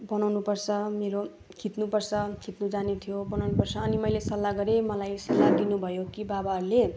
बनाउनु पर्छ मेरो खिच्नु पर्छ खिच्नु जाने थियो बनाउनु पर्छ अनि मैले सल्लाह गरे मलाई यो सल्लाह दिनु भयो कि बाबाहरूले